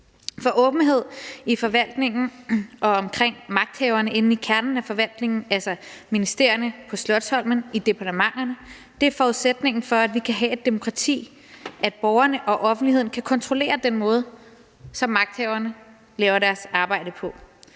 For åbenhed i forvaltningen og omkring magthaverne inde i kernen af forvaltningen, altså i ministerierne på Slotsholmen, i departementerne, er forudsætningen for, at vi kan have et demokrati, og at borgerne og offentligheden kan kontrollere den måde, som magthaverne laver deres arbejde på.